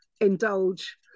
indulge